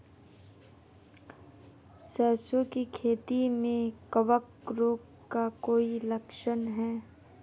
सरसों की खेती में कवक रोग का कोई लक्षण है?